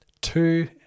two